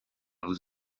vous